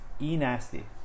E-Nasty